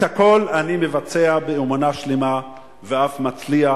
את הכול אני מבצע באמונה שלמה ואף מצליח.